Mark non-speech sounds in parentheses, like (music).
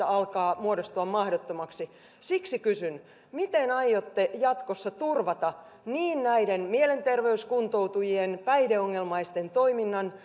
toiminta alkaa muodostua mahdottomaksi siksi kysyn miten aiotte jatkossa turvata niin näiden mielenterveyskuntoutujien ja päihdeongelmaisten toiminnan (unintelligible)